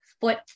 foot